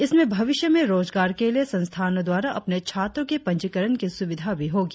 इसमें भविष्य में रोजगार के लिए संस्थानो द्वारा अपने छात्रों के पंजीकरण की सुविधा भी होगी